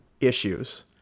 issues